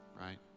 right